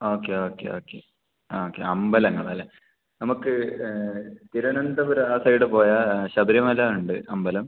okay okay okay ആ okay അമ്പലങ്ങളല്ലേ നമുക്ക് തിരുവനന്തപുരം ആ സൈഡ് പോയാൽ ശബരിമല ഉണ്ട് അമ്പലം